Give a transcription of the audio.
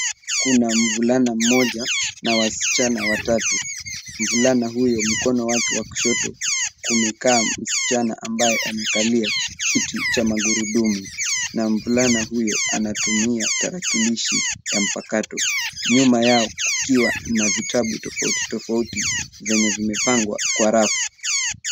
Kuna mvulana mmoja na wasichana watatu. Mvulana huyo mkono wake wa kushoto kumekaa msichana ambaye amekalia kiti cha magurudumu na mvulana huyo anatumia tatakilishi ya mpakato, nyuma yao kukiwa na vitabu tofautitofauti zenye zimepangwa kwa rafu.